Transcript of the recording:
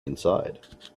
inside